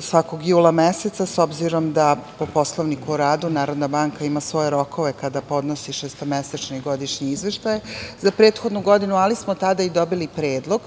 svakog jula meseca, s obzirom da po Poslovniku o radu Narodna banka ima svoje rokove kada podnosi šestomesečni i godišnje izveštaje za prethodnu godinu, ali smo tada i dobili predlog